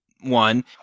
one